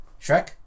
Shrek